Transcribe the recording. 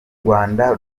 rwanda